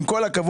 עם כל הכבוד,